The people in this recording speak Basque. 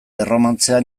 erromantzea